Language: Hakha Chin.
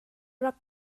rak